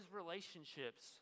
relationships